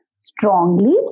strongly